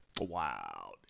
Wow